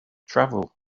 travel